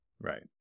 Right